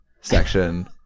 section